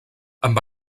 amb